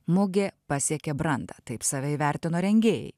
mugė pasiekė brandą taip save įvertino rengėjai